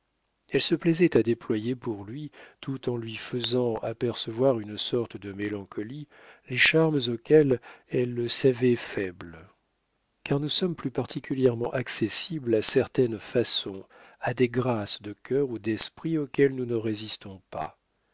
elle se plaisait à déployer pour lui tout en lui faisant apercevoir une sorte de mélancolie les charmes auxquels elle le savait faible car nous sommes plus particulièrement accessibles à certaines façons à des grâces de cœur ou d'esprit auxquelles nous ne résistons pas